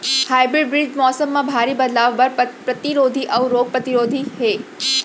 hybrid बीज मौसम मा भारी बदलाव बर परतिरोधी अऊ रोग परतिरोधी हे